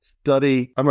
study